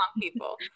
people